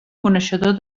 coneixedor